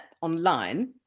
online